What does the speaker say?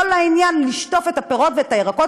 לא לעניין לשטוף את הפירות ואת הירקות